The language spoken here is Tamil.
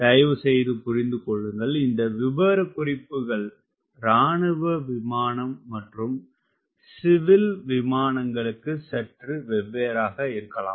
தயவுசெய்து புரிந்துகொள்ளுங்கள் இந்த விவரக்குறிப்புகள் இராணுவ விமானம் மற்றும் சிவில் விமானங்களுக்கு சற்று வெவ்வேறாக இருக்கலாம்